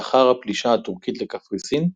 לאחר הפלישה הטורקית לקפריסין,